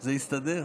זה יסתדר.